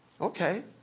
Okay